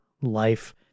life